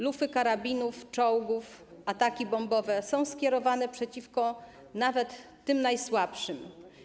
Lufy karabinów, czołgów, ataki bombowe są skierowane przeciwko nawet tym najsłabszym.